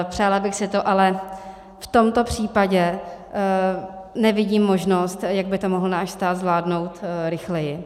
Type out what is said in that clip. Přála bych si to, ale v tomto případě nevidím možnost, jak by to mohl náš stát zvládnout rychleji.